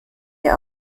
dir